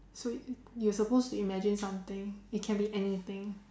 so you you're supposed to imagine something it can be anything